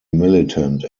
militant